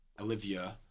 Olivia